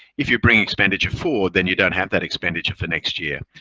if you bring expenditure forward, then you don't have that expenditure for next year.